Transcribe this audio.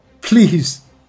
Please